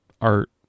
art